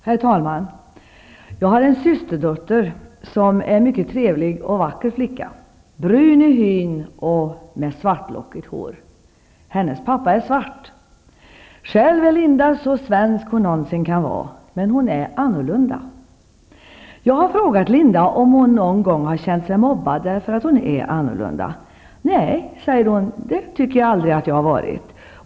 Herr talman! Jag har en systerdotter som är en mycket trevlig och vacker flicka, brun i hyn och med svartlockigt hår. Hennes pappa är svart. Själv är Linda så svensk som hon någonsin kan vara. Men hon är annorlunda. Jag har frågat Linda om hon någon gång har känt sig mobbad därför att hon är annorlunda. Nej, säger hon, det tycker jag aldrig att jag har varit.